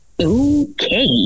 okay